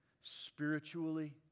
spiritually